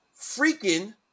freaking